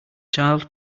child